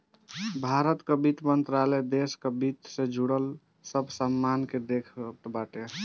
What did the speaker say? भारत कअ वित्त मंत्रालय देस कअ वित्त से जुड़ल सब मामल के देखत बाटे